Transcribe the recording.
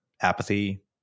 apathy